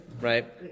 right